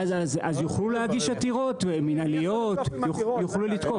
אז יוכלו להגיש עתירות מנהליות, יוכלו לתקוף.